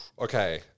Okay